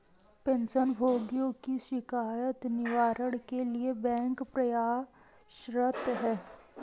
pension भोगियों की शिकायत निवारण के लिए बैंक प्रयासरत है